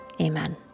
Amen